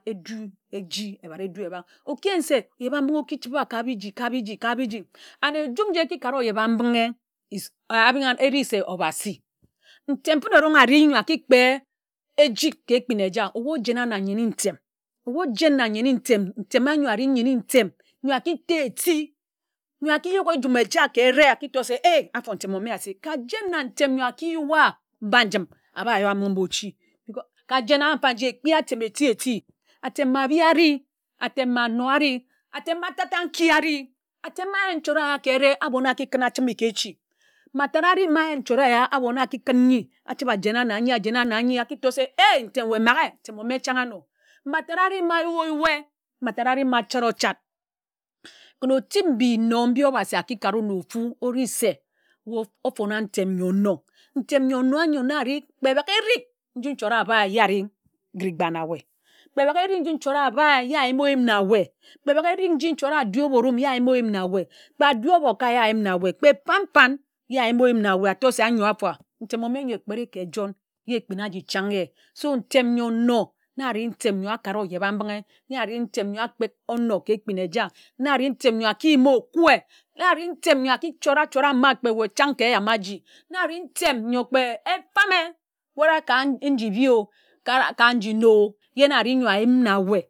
Edu eji ebád édu ebák oki yen se ogyebambinghe oki chiba ka biji ka biji ka biji ka biji and ejum nji eki kara ogyebambinghi is ebiń e abiń-e-se obhasi ntem fene erong ari ńyor aki kpe ejik ka ekpin na eja ebu ojena na nyene-ntem ebu ojen na nyene-ntem ntem ányo ari nyene-ntem ńyor aki tah éti ńyor aki yuk ejum eja ka ereh aki tor se ei áfo ntem ome asik ka jen na ntem ńyor aki yua mba njim aba yoe amińg mba ochi ka jen mfa nji ekpi atem eti-eti atem ma ȧbi ari atem mba áyuk nchort éya ka ta ta nki ari atem mba áyuk nchort éya ka ereh ábo na a ki kún achime ka echi mba tad ari mba ayuk nchort éya ȧbo na a ki kun n̄yi achibe ajena na ānyi na ānyi aki tor se ei ntem weh maghe ntem ome chań áno o mba tad ari mba āyui o yue mba tad ari mba achart-ochart kún otip mbi nno mbi obhai aki kare na pfu ori se ofon̄a ntem n̄yo nno ntem n̄yo nno ānyo na ari kpe bagha erik nji nchort a bae ye ereh kpa na weh kpe na weh kpe bagha eri nji nchort abae ye ayim- o-yim na weh kpe bagha eri nji nchort aji óbo-o-rum ye a yim-o-yim na weh kpe aji óbo kae ye ayim na weh kpe fán fán ye ayim-o-yim na weh átor se ányor áfo a ntem ome ńyo egbere ka echon̄ ye ekpin aji chań ye so ntem ńyo nno na areh ntem n̄yo ākpek onor ka ekpin eja na areh ntem n̄yo aki yim okwẹ na ari ntem n̄yo aki chort-achort āma kpe weh chan̄ ka eyam aji na ari ntem n̄yo kpe e famē wura ka nji îbi o ka nji nno o ye na ari n̄yo a̅yim na weh.